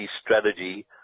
strategy